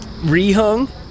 re-hung